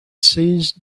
seized